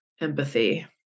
empathy